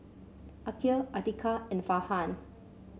Aqil Atiqah and Farhan